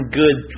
good